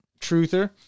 truther